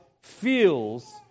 feels